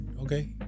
Okay